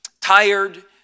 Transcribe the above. tired